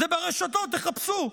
זה ברשתות, חפשו.